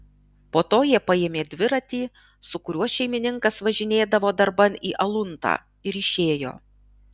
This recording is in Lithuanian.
po to jie paėmė dviratį su kuriuo šeimininkas važinėdavo darban į aluntą ir išėjo